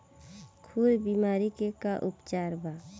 खुर बीमारी के का उपचार बा?